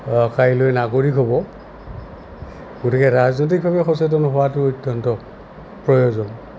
কাইলৈ নাগৰিক হ'ব গতিকে ৰাজনৈতিকভাৱে সচেতন হোৱাটো অত্যন্ত প্ৰয়োজন